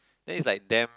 then its like damn